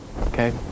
okay